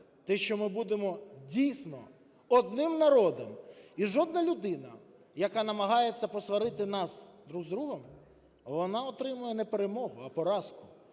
те, що ми будемо, дійсно, одним народом. І жодна людина, яка намагається посварити нас друг з другом, вона отримає не перемогу, а поразку.